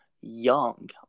young